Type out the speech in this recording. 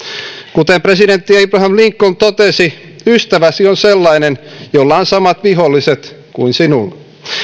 kuten presidentti abraham lincoln totesi ystäväsi on sellainen jolla on samat viholliset kuin sinulla